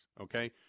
okay